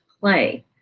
play